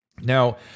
Now